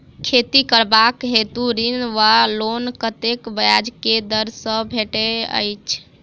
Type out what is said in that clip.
खेती करबाक हेतु ऋण वा लोन कतेक ब्याज केँ दर सँ भेटैत अछि?